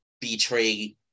betray